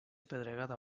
pedregada